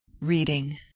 Reading